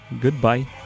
Goodbye